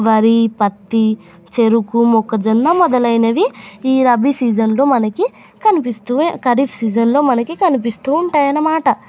వరి పత్తి చెరుకు మొక్కజొన్న మొదలైనది ఈ రబీ సీజన్లో మనకి కనిపిస్తు ఖరీఫ్ సీజన్లో మనకి కనిపిస్తు ఉంటాయి అన్నమాట